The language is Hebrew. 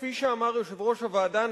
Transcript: כפי שאמר יושב-ראש הוועדה,